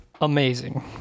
amazing